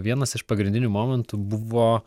vienas iš pagrindinių momentų buvo